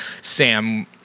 sam